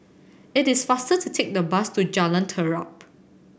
it is faster to take the bus to Jalan Terap